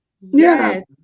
yes